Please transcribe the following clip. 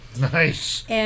Nice